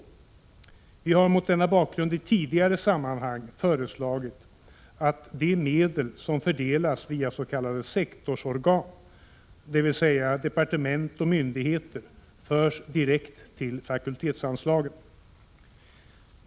Vi har mot 147 denna bakgrund i tidigare sammanhang föreslagit att de medel som fördelas via s.k. sektorsorgan, dvs. departement och myndigheter, förs direkt till fakultetsanslagen.